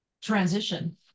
transition